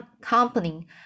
company